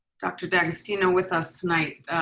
dr. d'agostino with us tonight.